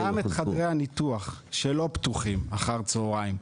אם נדע להפעיל גם את חדרי הניתוח שלא פתוחים אחר הצוהריים,